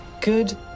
Good